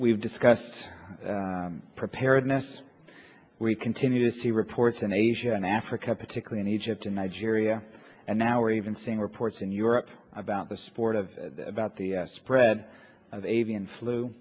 we've discussed preparedness we continue to see reports in asia and africa particularly in egypt and nigeria and now we're even seeing reports in europe about the sport of about the spread of avian fl